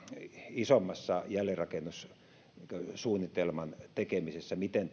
isommassa jälleenrakennussuunnitelman tekemisessä siinä miten